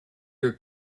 your